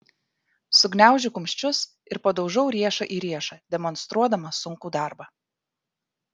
sugniaužiu kumščius ir padaužau riešą į riešą demonstruodama sunkų darbą